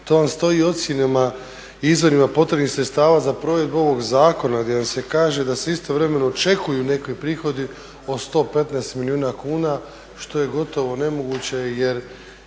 To vam stoji u ocjenama i izvorima potrebnih sredstava za provedbu ovog zakona gdje vam se kaže da se istovremeno očekuju neki prihodi od 115 milijuna kuna što je gotovo nemoguće jer